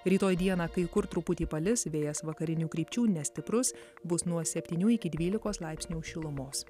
rytoj dieną kai kur truputį palis vėjas vakarinių krypčių nestiprus bus nuo septynių iki dvylikos laipsnių šilumos